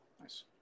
Nice